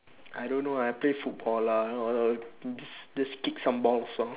I don't know I play football lah uh just just kick some balls lor